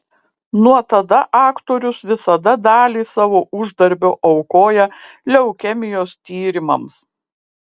nuo tada aktorius visada dalį savo uždarbio aukoja leukemijos tyrimams